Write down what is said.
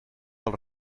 del